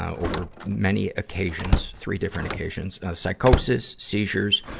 ah over many occasions three different occasions psychosis, seizures,